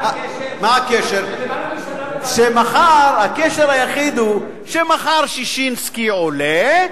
הקשר היחיד הוא שמחר ששינסקי עולה,